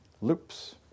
loops